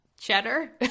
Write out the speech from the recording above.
Cheddar